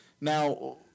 Now